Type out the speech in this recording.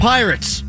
Pirates